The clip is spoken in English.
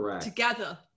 together